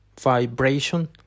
vibration